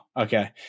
okay